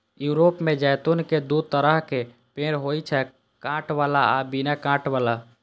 Europe मे जैतून के दू तरहक पेड़ होइ छै, कांट बला आ बिना कांट बला